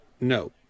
no